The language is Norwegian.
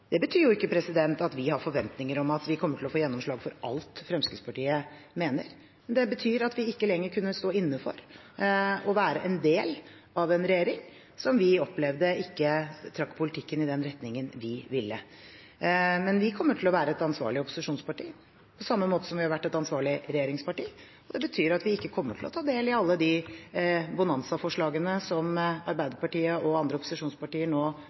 Det betyr jo ikke at vi har forventninger om at vi kommer til å få gjennomslag for alt Fremskrittspartiet mener, men det betyr at vi ikke lenger kunne stå inne for å være en del av en regjering som vi opplevde ikke trakk politikken i den retningen vi ville. Vi kommer til å være et ansvarlig opposisjonsparti, på samme måte som vi har vært et ansvarlig regjeringsparti. Det betyr at vi ikke kommer til å ta del i alle de bonanza-forslagene som Arbeiderpartiet og andre opposisjonspartier nå